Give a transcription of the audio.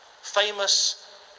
famous